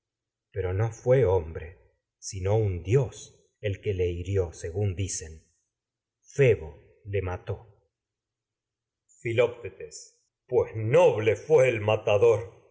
pero no fué hombre neoptólemo ha sino un dios el que le hirió según dicen febo le mató el filoctetes el interfecto pues noble fué matador